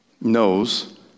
knows